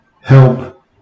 help